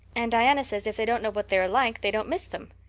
and diana says if they don't know what they are like they don't miss them.